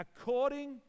according